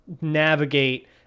navigate